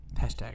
Hashtag